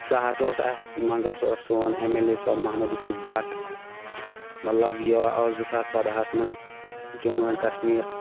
سَہ حظ اوس اَتھ منٛزَس اوس سون اٮ۪م اٮ۪ل اے صٲب محمد یوٗسف بٹ مطلب یہِ ٲس زٕ ساس ژۄدہَس منٛز جموں اینڈ کَشمیٖر